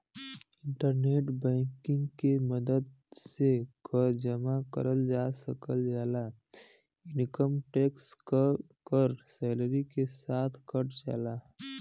internet banking के मदद से कर जमा करल जा सकल जाला इनकम टैक्स क कर सैलरी के साथ कट जाला